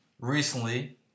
Recently